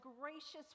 gracious